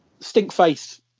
stinkface